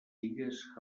illes